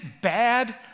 bad